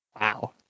Wow